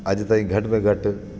अॼु ताईं घटि में घटि